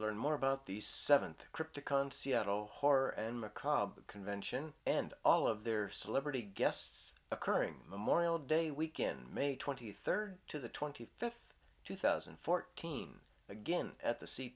learn more about these seventh trip to concierto horror and macabre convention and all of their celebrity guests occurring memorial day weekend may twenty third to the twenty fifth two thousand and fourteen again at the sea